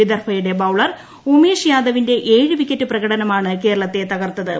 വിദർഭയുടെ bowler Umesh യാദവിന്റെ ഏഴു wicket പ്രകടനമാണ് കേരളത്തെ തകർത്തത്